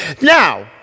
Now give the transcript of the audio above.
Now